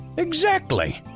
exactly!